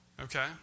Okay